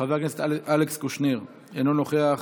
חבר הכנסת אלכס קושניר, אינו נוכח,